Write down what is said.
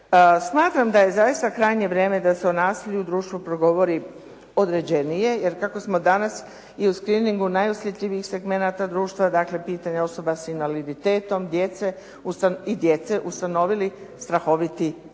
Smatram da je zaista krajnje vrijeme da se o nasilju u društvu progovori određenije, jer kako smo danas i u screeningu najosjetljivijih segmenata društva, dakle pitanja osoba s invaliditetom i djece, ustanovili strahoviti vrtlog